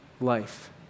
life